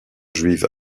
juive